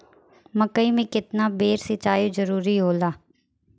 मकई मे केतना बेर सीचाई जरूरी होला?